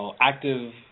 active